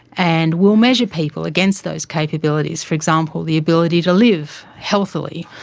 and we'll measure people against those capabilities for example, the ability to live healthily,